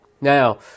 Now